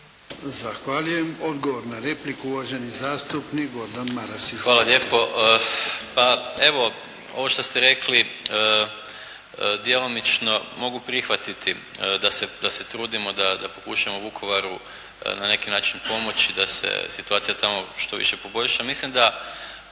Zahvaljujem. Odgovor na repliku, uvaženi zastupnik Gordan Maras. Izvolite. **Maras, Gordan (SDP)** Hvala lijepo. Pa, evo ovo što ste rekli djelomično mogu prihvatiti da se trudimo da pokušamo Vukovaru na neki način pomoći da se situacija tamo što više poboljša. Mislim da